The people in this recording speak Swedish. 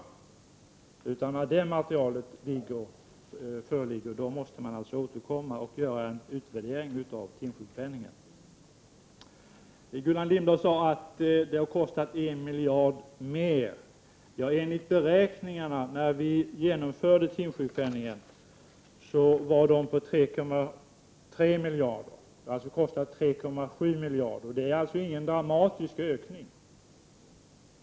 När tillräckligt material föreligger måste man återkomma och göra en utvärdering av timsjukpenningen. Gullan Lindblad sade att korttidssjukpenningssystemet hade kostat en miljard mer. Enligt de beräkningar som gjordes när vi genomförde timsjukpenningen skulle kostnaderna ligga på 3,3 miljarder. De verkliga kostnaderna blev 3,7 miljarder. Det är alltså ingen dramatisk ökning.